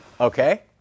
Okay